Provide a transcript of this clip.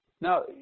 Now